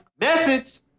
Message